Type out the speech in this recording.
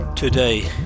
Today